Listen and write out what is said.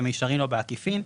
במישרין או בעקיפין,